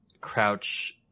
Crouch